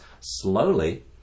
slowly